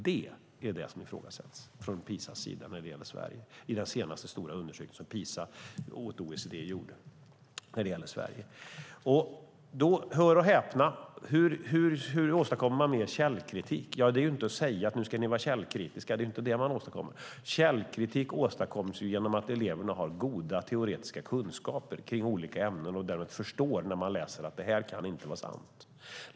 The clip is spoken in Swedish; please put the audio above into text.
Det är det som ifrågasätts när det gäller Sverige i den senaste stora PISA-undersökningen som OECD gjorde. Hur åstadkommer man mer källkritik? Det går ju inte, hör och häpna, att säga att nu ska ni vara källkritiska. Det är inte så man åstadkommer det. Källkritik åstadkoms genom att eleverna har goda teoretiska kunskaper kring olika ämnen och förstår när de läser att det här inte kan vara sant.